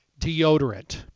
deodorant